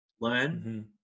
learn